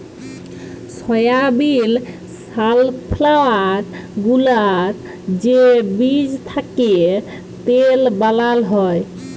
সয়াবিল, safflower গুলার যে বীজ থ্যাকে তেল বালাল হ্যয়